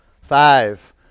Five